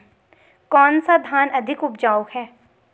कौन सा धान अधिक उपजाऊ है?